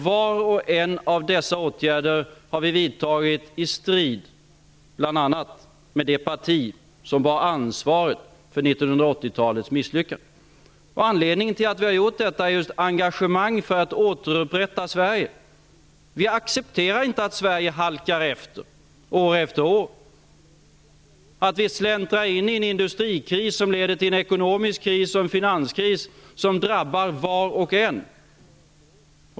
Var och en av dessa åtgärder har vi vidtagit i strid med bl.a. det parti som var ansvarigt för 1980-talets misslyckanden. Anledningen till att vi har gjort detta är just vårt engagemang för att Sverige skall återupprättas. Vi accepterar inte att Sverige halkar efter år efter år. Vi accepterar inte att vi släntrar in i en industrikris som leder till en ekonomisk kris och en finanskris som drabbar var och en.